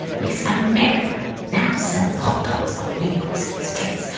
miss america now sells hot dogs on new york city streets,